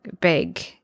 big